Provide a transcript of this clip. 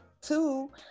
two